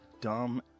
Dumb